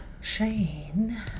Shane